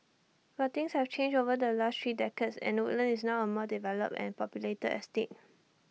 but things have changed over the last three decades and Woodlands is now A more developed and populated estate